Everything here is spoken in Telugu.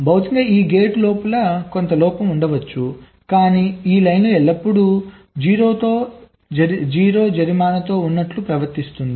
భౌతికంగా ఈ గేట్ లోపల కొంత లోపం ఉండవచ్చు కానీ ఈ లైన్ ఎల్లప్పుడూ 0 జరిమానాతో ఉన్నట్లు ప్రవర్తిస్తుంది